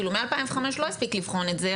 כאילו מ-2005 לא הספיק לבחון את זה,